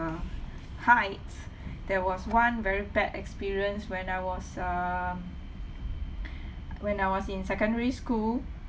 heights there was one very bad experience when I was um when I was in secondary school